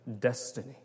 destiny